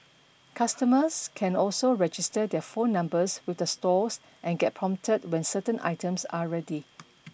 customers can also register their phone numbers with the stores and get prompted when certain items are ready